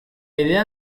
idea